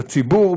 בציבור,